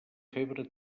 febre